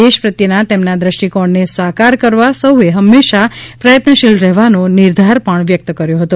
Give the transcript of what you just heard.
દેશ પ્રત્યેના તેમના દર્ષ્ટિકોણને સાકાર કરવા સૌએ હંમેશા પ્રયત્નશીલ રહેવાનો નિર્ધાર પણ વ્યક્ત કર્યો હતો